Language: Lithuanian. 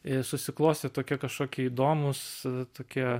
i susiklostė tokie kažkokie įdomūs tokie